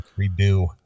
redo